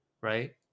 right